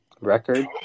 record